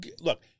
look